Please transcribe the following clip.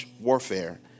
warfare